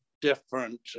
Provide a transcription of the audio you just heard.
different